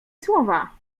słowa